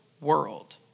world